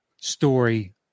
story